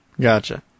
Gotcha